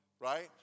right